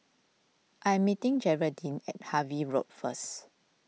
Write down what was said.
I am meeting Jeraldine at Harvey Road first